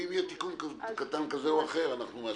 ואם יהי תיקון קטן כזה או אחר, אנחנו מאשרים.